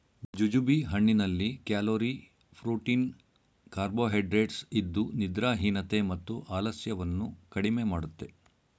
jujube ಹಣ್ಣಿನಲ್ಲಿ calorie, protein carbohydrates ಇದ್ದು ನಿದ್ರಾಹೀನತೆ ಮತ್ತು ಆಲಸ್ಯವನ್ನು ಕಡಿಮೆ ಮಾಡುತ್ತೆ